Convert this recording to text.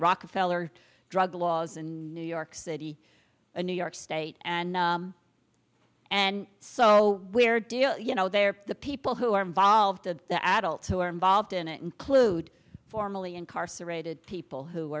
rockefeller drug laws and new york city a new york state and and so where do you know they're the people who are involved in the adults who are involved in it include formally incarcerated people who